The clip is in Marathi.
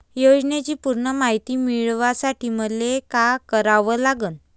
योजनेची पूर्ण मायती मिळवासाठी मले का करावं लागन?